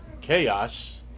chaos